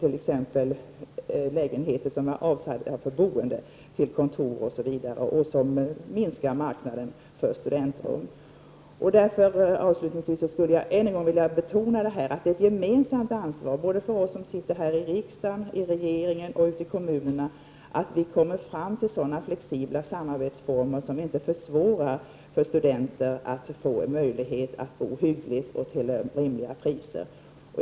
Lägenheter som är avsedda för boende används också till kontor osv. Detta minskar marknaden för studentrum. Avslutningsvis skulle jag än en gång vilja betona att det är ett gemensamt ansvar för riksdagen, regeringen och kommunerna att komma fram till flexibla samarbetsformer som inte försvårar för studenter att få möjlighet att bo hyggligt och till rimliga kostnader.